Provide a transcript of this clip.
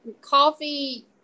coffee